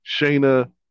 Shayna